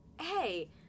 Hey